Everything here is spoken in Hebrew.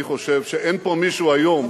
אני חושב שאין פה מישהו היום,